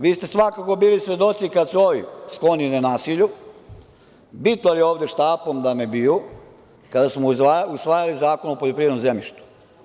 Vi ste svakako bili svedoci kada su ovi skloni nenasilju vitlali ovde štapom da me biju kada smo usvajali Zakon o poljoprivrednom zemljištu.